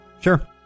Sure